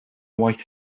waith